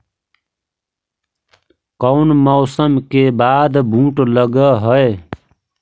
कोन मौसम के बाद बुट लग है?